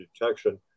detection